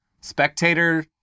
spectator